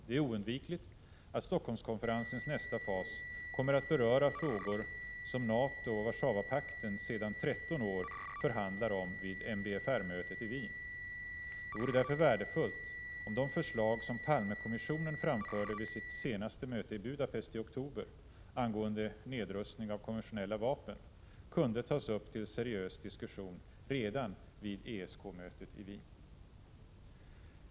Det är oundvikligt att Stockholmskonferensens nästa fas kommer att beröra frågor som NATO och Warszawapakten sedan 13 år förhandlar om vid MBFR-mötet i Wien. Det vore därför värdefullt om de förslag som Palmekommissionen framförde vid sitt senaste möte i Budapest i oktober angående nedrustning av konventionella vapen kunde tas upp till seriös diskussion redan vid ESK-mötet i Wien.